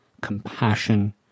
compassion